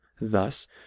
Thus